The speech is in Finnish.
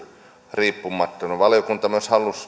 riippumattomana valiokunta halusi